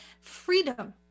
freedom